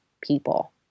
people